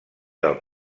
del